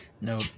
No